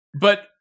But-